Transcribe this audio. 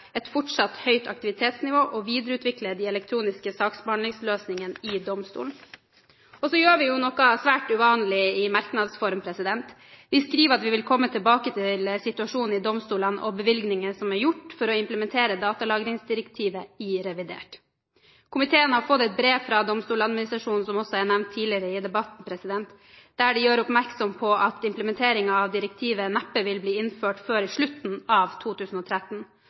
et fortsatt høyt aktivitetsnivå og videreutvikle de elektroniske saksbehandlingsløsningene. Og så gjør vi noe svært uvanlig i merknadsform: Vi skriver at vi vil komme tilbake til situasjonen i domstolene, og til bevilgningene som er gjort for å implementere datalagringsdirektivet, i revidert nasjonalbudsjett. Komiteen har fått et brev fra domstoladministrasjonen, som også er nevnt tidligere i debatten, der en gjør oppmerksom på at implementeringen av direktivet neppe vil bli gjennomført før i slutten av 2013.